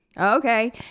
okay